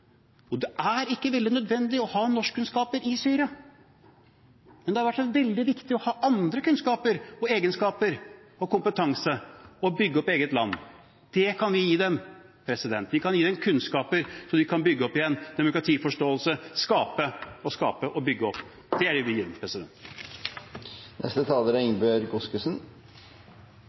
og det er ikke veldig nødvendig å ha norskkunnskaper i Syria. Men det vil være veldig viktig å ha andre kunnskaper og egenskaper og kompetanse for å bygge opp eget land. Det kan vi gi dem, vi kan gi dem kunnskaper så de kan bygge opp igjen demokratiforståelse, skape og bygge opp. Det er det vi bør gi dem. Et velfungerende arbeidsmarked er